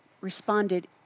responded